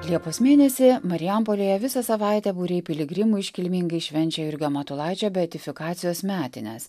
liepos mėnesį marijampolėje visą savaitę būriai piligrimų iškilmingai švenčia jurgio matulaičio beatifikacijos metines